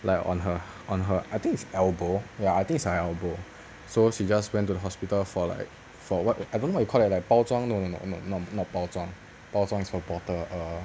like on her on her I think is elbow ya I think is her elbow so she just went to the hospital for like for what I don't know what you call that like 包装 no no no not 包装包装 is for bottle err